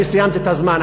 אני סיימתי את הזמן.